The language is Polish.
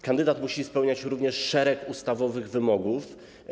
Kandydat musi spełniać również szereg ustawowych wymogów.